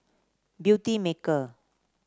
Beauty Maker